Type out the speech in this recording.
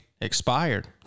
expired